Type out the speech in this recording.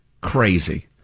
crazy